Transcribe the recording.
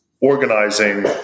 organizing